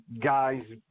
guys